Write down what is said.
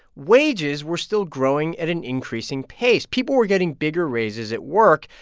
wages were still growing at an increasing pace. people were getting bigger raises at work.